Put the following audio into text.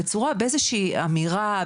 באיזושהי אמירה,